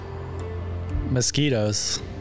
Mosquitoes